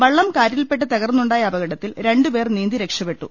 വള്ളം കാറ്റിൽപെട്ട് തകർന്നുണ്ടായ അപകടത്തിൽ രണ്ടുപേർ നീന്തി രക്ഷപ്പെട്ടു